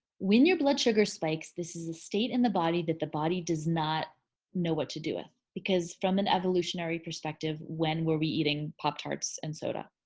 when your blood sugar spikes this is a state in the body that the body does not know what to do with. because from an evolutionary perspective when were we eating pop-tarts and soda?